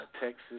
Texas